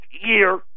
year